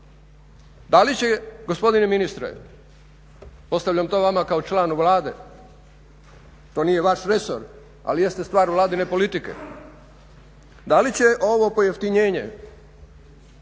Da li će gospodine ministre, postavljam to vama kao članu Vlade, to nije vaš resor, ali jeste stvar Vladine politike, da li će ovo pojeftinjenje